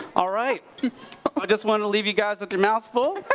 all right. i just want to leave you guys with your mouths full.